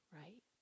right